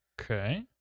Okay